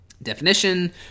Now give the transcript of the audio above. definition